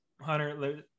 Hunter